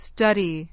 Study